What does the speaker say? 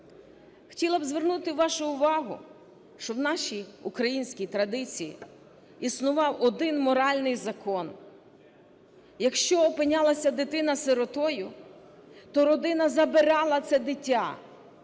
Хотіла б звернути вашу увагу, що в нашій українській традиції існував один моральний закон: якщо опинялася дитина сиротою, то родина забирала це дитя,